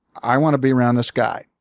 i want to be around this guy,